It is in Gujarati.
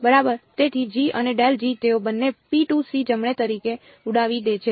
બરાબર તેથી g અને તેઓ બંને જમણે તરીકે ઉડાવી દે છે